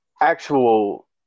actual